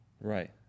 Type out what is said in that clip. Right